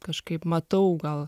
kažkaip matau gal